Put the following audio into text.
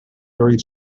very